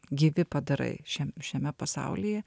gyvi padarai šiam šiame pasaulyje